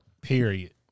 Period